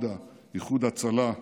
מד"א, איחוד הצלה,